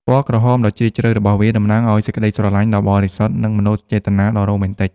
ពណ៌ក្រហមដ៏ជ្រាលជ្រៅរបស់វា តំណាងឲ្យសេចក្ដីស្រឡាញ់ដ៏បរិសុទ្ធ និងមនោសញ្ចេតនាដ៏រ៉ូមែនទិក។